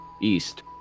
east